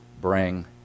bring